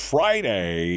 Friday